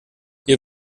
ihr